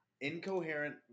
incoherent